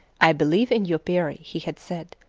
i believe in you, peary, he had said,